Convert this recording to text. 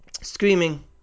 screaming